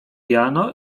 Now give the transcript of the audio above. jano